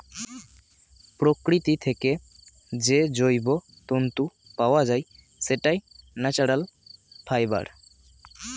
প্রকৃতি থেকে যে জৈব তন্তু পাওয়া যায়, সেটাই ন্যাচারাল ফাইবার